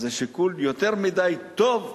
אז השיקול, יותר מדי טוב,